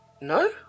No